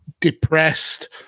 depressed